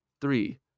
three